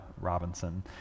Robinson